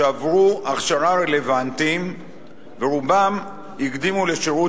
שעברו הכשרה רלוונטית ורובם הקדימו לשירות